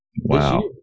Wow